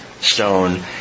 stone